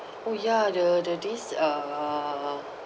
oh ya the the this uh